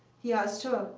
he asked her,